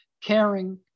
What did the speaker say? caring